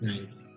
Nice